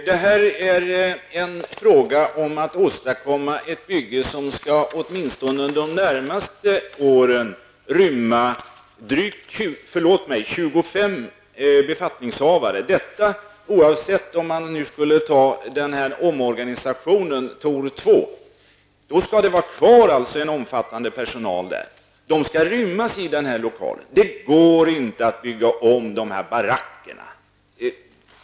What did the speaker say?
Fru talman! Det är här fråga om att åstadkomma ett bygge som åtminstone under de närmaste åren skall rymma 25 befattningshavare, oavsett om man nu skulle besluta om omorganisationen TOR 2. Om det blir fallet skall det finnas kvar en omfattande personal, och den skall rymmas i denna lokal. Det går inte att bygga om dessa baracker!